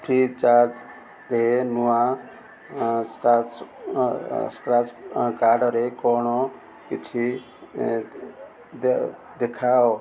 ଫ୍ରିଚାର୍ଜରେ ନୂଆ ସ୍କ୍ରାଚ୍ କାର୍ଡ଼ରେ କ'ଣ ଅଛି ଦେଖାଅ